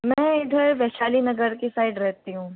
मैं इधर वैशाली नगर की साइड रहती हूँ